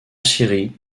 syrie